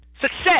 success